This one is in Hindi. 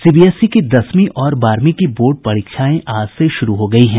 सीबीएसई की दसवीं और बारहवीं की बोर्ड परीक्षाएं आज से शुरू हो गई हैं